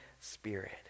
spirit